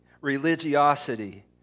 religiosity